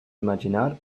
imaginar